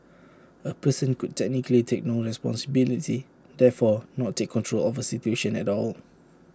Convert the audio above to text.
A person could technically take no responsibility therefore not take control of A situation at all